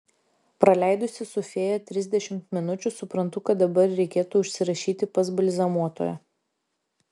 praleidusi su fėja trisdešimt minučių suprantu kad dabar reikėtų užsirašyti pas balzamuotoją